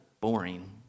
boring